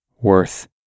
worth